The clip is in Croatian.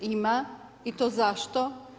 Ima i to zašto?